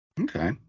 okay